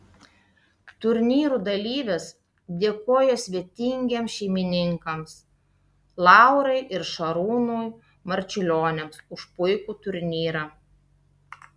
turnyrų dalyvės dėkojo svetingiems šeimininkams laurai ir šarūnui marčiulioniams už puikų turnyrą